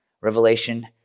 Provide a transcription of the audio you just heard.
Revelation